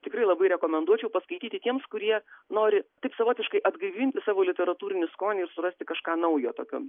tikrai labai rekomenduočiau paskaityti tiems kurie nori taip savotiškai atgaivinti savo literatūrinį skonį ir surasti kažką naujo tokio